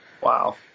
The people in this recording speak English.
Wow